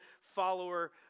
follower